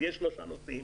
כך שיהיו שלושה נוסעים.